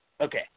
okay